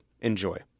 Enjoy